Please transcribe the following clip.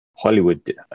Hollywood